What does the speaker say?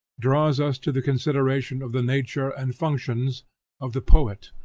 draws us to the consideration of the nature and functions of the poet,